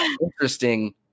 interesting